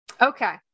Okay